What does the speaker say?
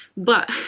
but.